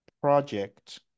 project